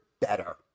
better